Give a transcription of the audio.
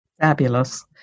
Fabulous